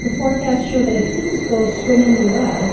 the forecasts show that if things go swimmingly well,